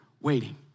waiting